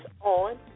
on